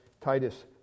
Titus